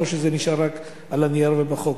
או שזה נשאר רק על הנייר ובחוק,